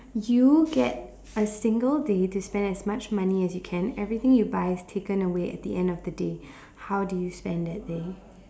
you get a single day to spend as much money as you can everything you buy is taken away at the end of the day how do you spend that day